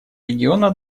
региона